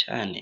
cyane.